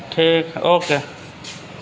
ٹھیک ہے اوکے